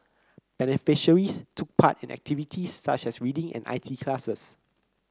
beneficiaries took part in activities such as reading and I T classes